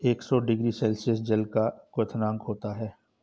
एक सौ degree Celsius जल का क्वथनांक होता है